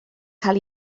cael